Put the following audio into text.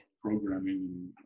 programming